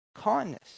kindness